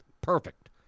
Perfect